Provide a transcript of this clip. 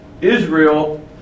Israel